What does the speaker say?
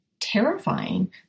terrifying